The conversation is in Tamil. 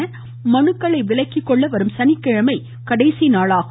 வேட்பு மனுக்களை விலக்கிக் கொள்ள வரும் சனிக்கிழமை கடைசி நாளாகும்